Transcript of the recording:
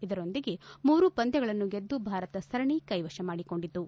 ಇದರೊಂದಿಗೆ ಮೂರೂ ಪಂದ್ಯಗಳನ್ನು ಗೆದ್ದು ಭಾರತ ಸರಣಿ ಕೈವಶಮಾಡಿಕೊಂಡಿತು